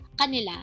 kanila